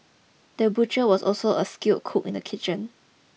the butcher was also a skilled cook in the kitchen